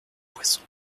poisson